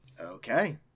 Okay